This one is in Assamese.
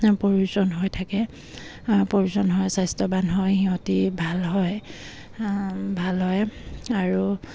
প্ৰয়োজন হৈ থাকে প্ৰয়োজন হয় স্বাস্থ্যৱান হয় সিহঁতি ভাল হয় ভাল হয় আৰু